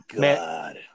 God